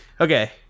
okay